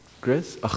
Chris